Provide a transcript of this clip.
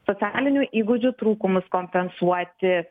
socialinių įgūdžių trūkumus kompensuoti